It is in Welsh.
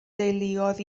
deuluoedd